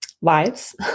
lives